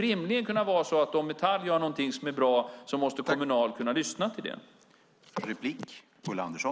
Om Metall gör något som är bra måste rimligen Kommunal kunna lyssna till det.